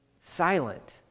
silent